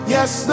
Yes